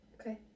Okay